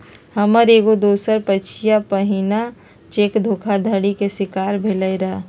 हमर एगो दोस पछिला महिन्ना चेक धोखाधड़ी के शिकार भेलइ र